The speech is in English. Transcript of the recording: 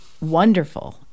wonderful